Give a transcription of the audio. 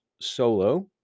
solo